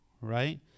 Right